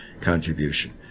contribution